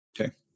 Okay